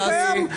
לא קיים.